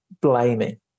blaming